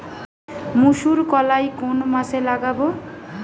মুসুরকলাই কোন মাসে লাগাব?